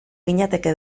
ginateke